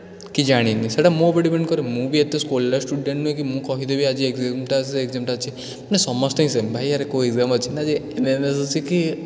କି ଜାଣିନି ସେଇଟା ମୋ ଉପରେ ଡ଼ିପେଣ୍ଡ୍ କରେ ମୁଁ ବି ଏତେ ସ୍କୋଲାର୍ ସ୍ଟୁଡ଼େଣ୍ଟ୍ ନୁହେଁ କି ମୁଁ କହିଦେବି ଆଜି ଏ ଏଗ୍ଜାମ୍ଟା ସେ ଏଗ୍ଜାମ୍ଟା ଅଛି ମାନେ ସମସ୍ତେ ହିଁ ସେମ୍ ଭାଇ ଆରେ କେଉଁ ଏଗ୍ଜାମ୍ ଅଛି ନା ଏମ୍ ଏମ୍ ଏସ୍ ଅଛି କି